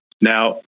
Now